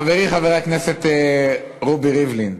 חברי חברי הכנסת, רובי ריבלין,